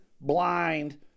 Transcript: blind